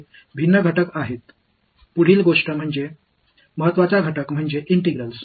எனவே அவை வேறுபட்ட கூறுகள் அடுத்த விஷயம் முக்கியமான கூறு இன்டெக்ரால்ஸ்